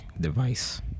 device